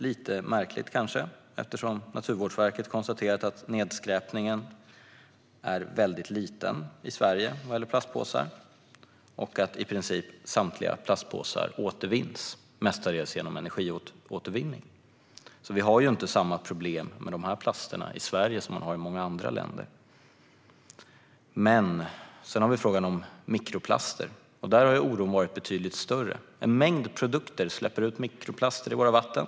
Det är kanske lite märkligt, eftersom Naturvårdsverket har konstaterat att nedskräpningen med plastpåsar är mycket liten i Sverige och att i princip samtliga plastpåsar återvinns, mestadels genom energiåtervinning. Vi har därför inte samma problem med dessa plaster i Sverige som man har i många andra länder. Men sedan har vi frågan om mikroplaster. Där har oron varit betydligt större. En mängd produkter släpper ut mikroplaster i våra vatten.